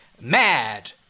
mad